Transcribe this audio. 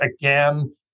again